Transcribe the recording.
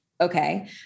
okay